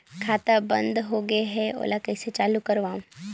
खाता बन्द होगे है ओला कइसे चालू करवाओ?